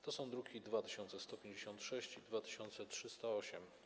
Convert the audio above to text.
To są druki nr 2156 i 2308.